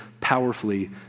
powerfully